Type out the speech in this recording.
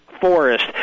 Forest